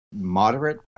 moderate